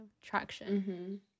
traction